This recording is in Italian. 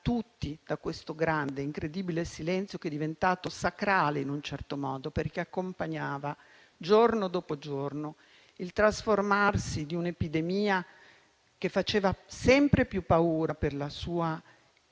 tutti da quel grande e incredibile silenzio che è diventato sacrale in un certo modo, perché accompagnava, giorno dopo giorno, il trasformarsi di un'epidemia che faceva sempre più paura per la sua